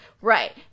Right